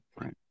right